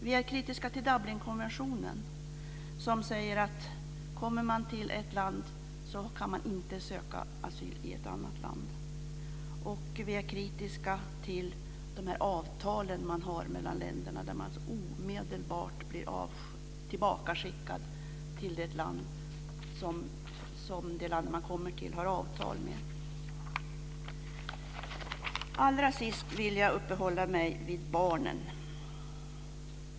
Vi är kritiska till Dublinkonventionen som säger att man, om man kommer till ett land, inte kan söka asyl i ett annat land. Och vi är kritiska till de här avtalen, som finns mellan länderna, som alltså innebär att man omedelbart blir skickad till det land som det land som man kommer till har avtal med. Till sist vill jag uppehålla mig vid barnen.